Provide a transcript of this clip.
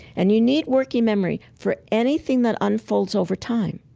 and you need working memory for anything that unfolds over time.